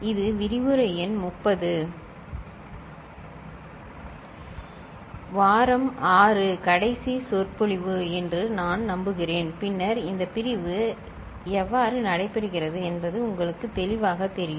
இது விரிவுரை எண் 30 சரி வாரம் 6 கடைசி சொற்பொழிவு என்று நான் நம்புகிறேன் பின்னர் இந்த பிரிவு எவ்வாறு நடைபெறுகிறது என்பது உங்களுக்கு தெளிவாகத் தெரியும்